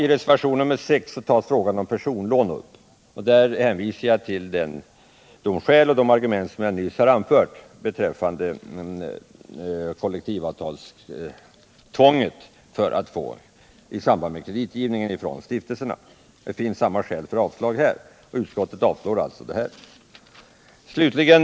I reservationen 6 tas frågan om personlån upp. Jag hänvisar här till de skäl som jag nyss anförde beträffande kollektivavtalstvånget. Samma skäl för avslag föreligger här, och utskottet avstyrker alltså förslaget.